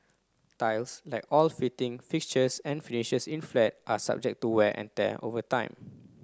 tiles like all fitting fixtures and finishes in a flat are subject to wear and tear over time